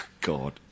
God